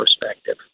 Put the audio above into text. perspective